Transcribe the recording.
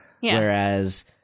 Whereas